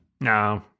No